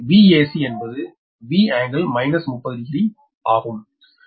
எனவே இதுபோல் Vac என்பது V∟ 30 டிகிரி ஆகும்